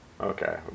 okay